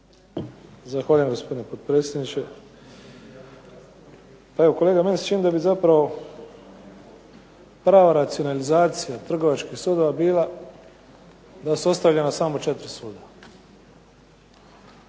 Zahvaljujem, gospodine potpredsjedniče. Kolega, meni se čini da bi zapravo prava racionalizacija trgovačkih sudova bila da su ostavljena samo 4 suda,